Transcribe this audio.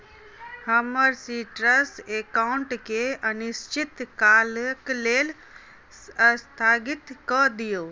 हमर सीट्रस एकाउन्टके अनिश्चित कालक लेल अस्थगित कऽ दियौ